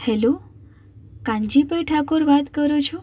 hello Kanjibhai Thakor વાત કરો છો